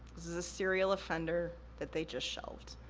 this is a serial offender that they just shelved.